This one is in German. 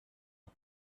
auf